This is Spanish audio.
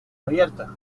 abierta